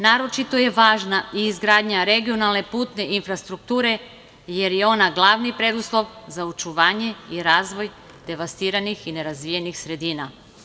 Naročito je važna izgradnja regionalne putne infrastrukture, jer je ona glavni preduslov za očuvanje i razvoj devastiranih i nerazvijenih sredina.